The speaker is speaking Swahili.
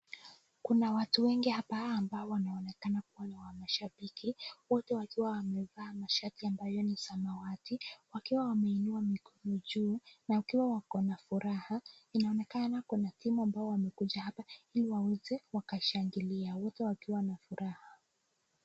Kuna watu wengi hapa ambao wanaonekana kuwa ni mashabiki, wote wakiwa wamevaa mashati ambayo ni samawati, wakiwa wameinua mikono juu na wakiwa wako na furaha. Inaonekana kuna timu ambayo wamekuja hapa ili waweze wakashangilia, wote wakiwa na furaha.